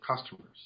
customers